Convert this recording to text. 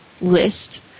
list